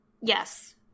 yes